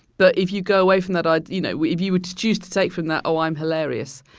but if you go away from that, ah you know, if you were to choose to take from that, oh, i'm hilarious,